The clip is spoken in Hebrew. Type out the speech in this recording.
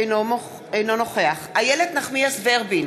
אינה נוכח איילת נחמיאס ורבין,